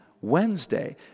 Wednesday